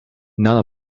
none